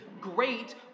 great